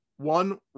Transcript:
one